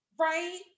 right